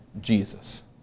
Jesus